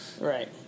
Right